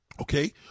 Okay